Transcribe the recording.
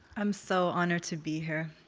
i'm so honored to be here,